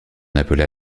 appela